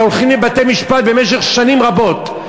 שהולכים לבתי-משפט במשך שנים רבות,